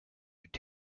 could